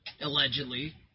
Allegedly